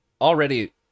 already